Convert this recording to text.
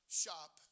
shop